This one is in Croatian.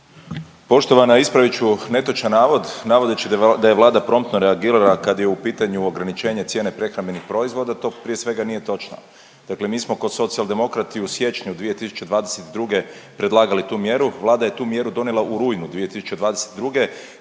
Poštovana. Ispravit ću netočan navod navodeći da je Vlada promptno reagirala kad je u pitanju ograničenje cijene prehrambenih proizvoda, to prije svega nije točno. Dakle, mi smo ko Socijaldemokrati u siječnju 2022. predlagali tu mjeru, Vlada je tu mjeru donijela u rujnu 2022.,